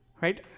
right